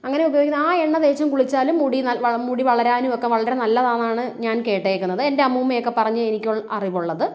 അങ്ങനെ ഉപയോഗി ആ എണ്ണ തേച്ചും കുളിച്ചാൽ മുടി മുടി വളരാനുമൊക്കെ വളരെ നല്ലതാണെന്നാണ് ഞാൻ കേട്ടിരിക്കുന്നത് എൻ്റെ അമ്മൂമ്മയൊക്കെ പറഞ്ഞ് എനിക്കുള്ളറിവുള്ളത്